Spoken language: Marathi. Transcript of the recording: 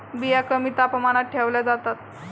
बिया कमी तापमानात ठेवल्या जातात